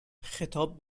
خطاب